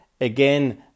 Again